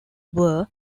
were